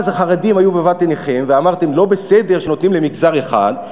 אז החרדים היו בבת-עינכם ואמרתם שלא בסדר שנותנים למגזר אחד,